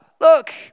look